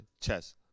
chess